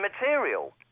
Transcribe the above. material